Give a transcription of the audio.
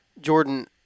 Jordan